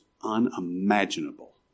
unimaginable